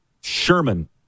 Sherman